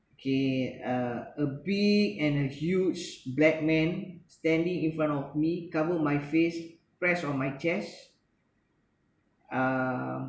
okay uh a big and a huge black man standing in front of me cover my face press on my chest uh